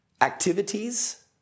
activities